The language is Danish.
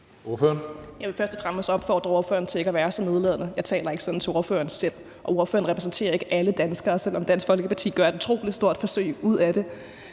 Jeg vil først og fremmest opfordre ordføreren til ikke at være så nedladende. Jeg taler ikke selv sådan til ordføreren, og ordføreren repræsenterer ikke alle danskere, selv om Dansk Folkeparti gør et utrolig stort forsøg for det.